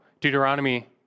Deuteronomy